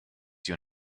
you